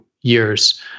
years